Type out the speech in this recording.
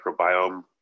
microbiome